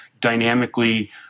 dynamically